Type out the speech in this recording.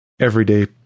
everyday